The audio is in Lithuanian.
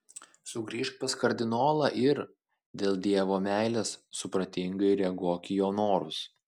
sugrįžk pas kardinolą ir dėl dievo meilės supratingai reaguok į jo norus